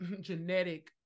genetic